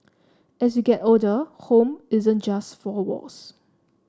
as you get older home isn't just four walls